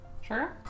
Sure